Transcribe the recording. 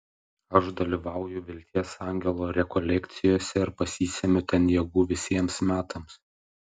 aš dalyvauju vilties angelo rekolekcijose ir pasisemiu ten jėgų visiems metams